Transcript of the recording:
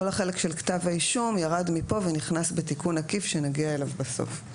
כל החלק של כתב האישום ירד מכאן ונכניס בתיקון עקיף שנגיע אליו בסוף,